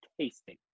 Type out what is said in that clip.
tasting